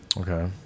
Okay